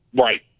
Right